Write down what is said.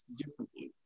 differently